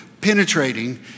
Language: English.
penetrating